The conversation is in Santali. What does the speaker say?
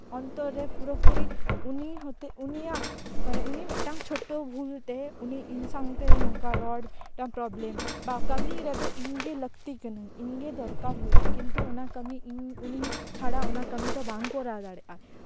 ᱚᱱᱛᱚᱨ ᱨᱮ ᱯᱩᱨᱟᱹ ᱯᱩᱨᱤ ᱩᱱᱤ ᱦᱚᱛᱮᱜ ᱩᱱᱤᱭᱟᱜ ᱢᱟᱱᱮ ᱩᱱᱤ ᱢᱤᱫᱴᱟᱝ ᱪᱷᱳᱴᱳ ᱵᱷᱩᱞ ᱛᱮ ᱩᱱᱤ ᱤᱧ ᱥᱟᱶᱛᱮ ᱱᱚᱝᱠᱟ ᱨᱚᱲ ᱢᱤᱫᱴᱟᱝ ᱯᱨᱚᱵᱞᱮᱢ ᱵᱟ ᱠᱟᱹᱢᱤ ᱨᱮᱫᱚ ᱤᱧ ᱜᱮ ᱞᱟᱹᱠᱛᱤ ᱠᱟᱹᱱᱟᱹᱧ ᱤᱧᱜᱮ ᱫᱚᱨᱠᱟᱨ ᱦᱩᱭᱩᱜᱼᱟ ᱠᱤᱱᱛᱩ ᱚᱱᱟ ᱠᱟᱹᱢᱤ ᱤᱧ ᱩᱱᱤ ᱪᱷᱟᱲᱟ ᱫᱚ ᱚᱱᱟ ᱠᱟᱢᱤ ᱫᱚ ᱵᱟᱝ ᱠᱚᱨᱟᱣ ᱫᱟᱲᱮᱜᱼᱟ